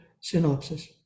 synopsis